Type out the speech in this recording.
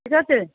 ঠিক আছে